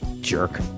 Jerk